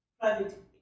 private